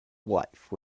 wife